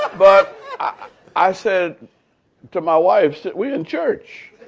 but ah i said to my wife we in church.